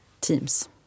teams